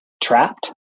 trapped